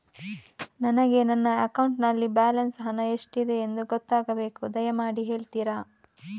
ನನಗೆ ನನ್ನ ಅಕೌಂಟಲ್ಲಿ ಬ್ಯಾಲೆನ್ಸ್ ಹಣ ಎಷ್ಟಿದೆ ಎಂದು ಗೊತ್ತಾಗಬೇಕು, ದಯಮಾಡಿ ಹೇಳ್ತಿರಾ?